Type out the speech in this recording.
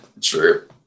True